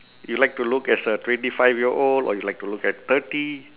you like to look as a twenty five year old or you like to look at thirty